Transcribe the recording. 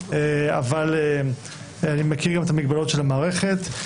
אבל אני מכיר גם את המגבלות של המערכת.